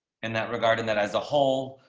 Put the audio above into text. and that regarding that as a whole,